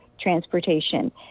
transportation